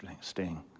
sting